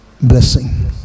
blessing